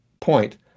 point